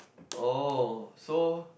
oh so